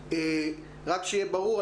רק שיהיה ברור,